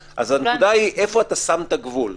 הנקודה היא איפה אתה שם את הגבול.